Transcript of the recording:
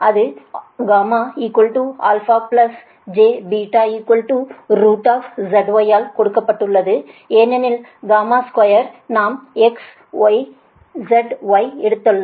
அது γ α jβ zy ஆல் கொடுக்கப்பட்டுள்ளது ஏனெனில் 2 நாம் z y எடுத்துள்ளோம்